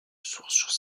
sources